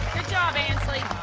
job, anslee.